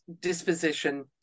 disposition